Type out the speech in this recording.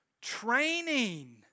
training